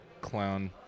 clown